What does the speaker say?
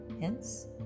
Hence